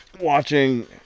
watching